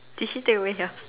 did she take away ya